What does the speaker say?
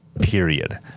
Period